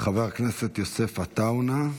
חבר הכנסת יוסף עטאונה,